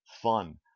fun